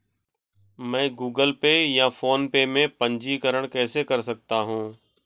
मैं Google Pay या PhonePe में पंजीकरण कैसे कर सकता हूँ?